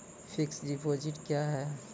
Fixed deposit क्या हैं?